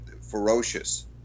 ferocious